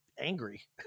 angry